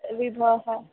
विभवः